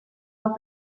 del